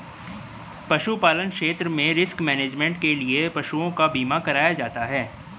पशुपालन क्षेत्र में रिस्क मैनेजमेंट के लिए पशुओं का बीमा कराया जाता है